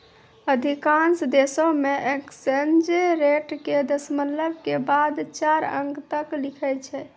अधिकांश देशों मे एक्सचेंज रेट के दशमलव के बाद चार अंक तक लिखै छै